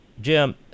jim